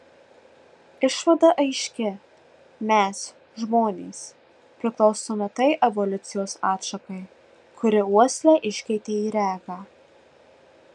išvada aiški mes žmonės priklausome tai evoliucijos atšakai kuri uoslę iškeitė į regą